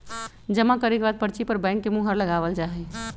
जमा करे के बाद पर्ची पर बैंक के मुहर लगावल जा हई